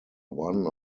one